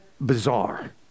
bizarre